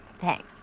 Thanks